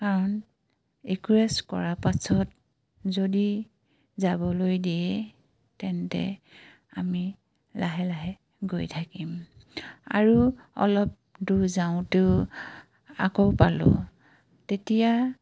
কাৰণ ৰিকুৱেষ্ট কৰা পাছত যদি যাবলৈ দিয়ে তেন্তে আমি লাহে লাহে গৈ থাকিম আৰু অলপ দূৰ যাওঁতেও আকৌ পালোঁ তেতিয়া